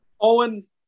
Owen